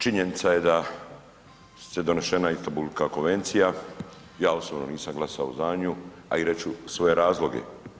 Činjenica je da se donešena Istanbulska konvencija, ja osobno nisam glasao za nju, a i reći ću svoje razloge.